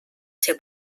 ser